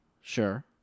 Sure